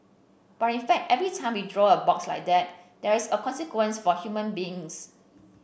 but in fact every time we draw a box like that there is a consequence for human beings